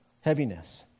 heaviness